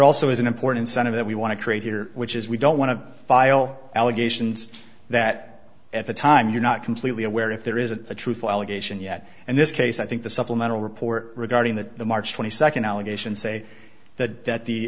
also is an important sign of that we want to create here which is we don't want to file allegations that at the time you're not completely aware if there is a truthful allegation yet and this case i think the supplemental report regarding the march twenty second allegation say that that the